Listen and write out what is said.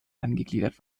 angegliedert